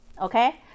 Okay